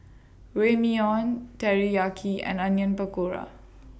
Ramyeon Teriyaki and Onion Pakora